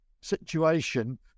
situation